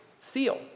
seal